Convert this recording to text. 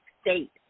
state